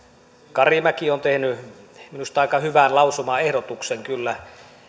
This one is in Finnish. karimäki on tehnyt minusta aika hyvän lausumaehdotuksen kyllä